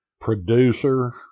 producer